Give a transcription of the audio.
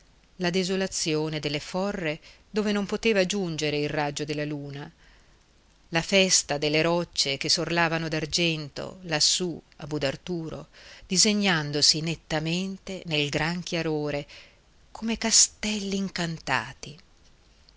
la desolazione delle forre dove non poteva giungere il raggio della luna la festa delle rocce che s'orlavano d'argento lassù a budarturo disegnandosi nettamente nel gran chiarore come castelli incantati